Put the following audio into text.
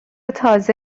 تازه